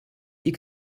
you